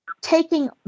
taking